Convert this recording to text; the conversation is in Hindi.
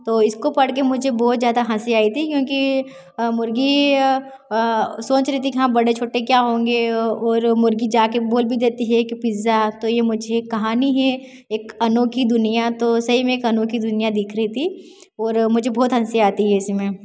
तो इसको पढ़ के मुझे बहुत ज्यादा हँसी आई थी क्योंकि मुर्गी सोच रही थी कि हाँ बड़े छोटे क्या होंगे और मुर्गी जा कर बोल भी देती है कि पिज़्ज़ा तो ये मुझे कहानी है एक अनोखी दुनिया तो सही में एक अनोखी दुनिया दिख रही थी और मुझे बहुत हँसी आती है इसमें